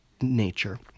nature